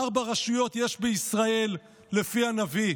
ארבע רשויות יש בישראל לפי הנביא,